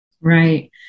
Right